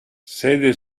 sede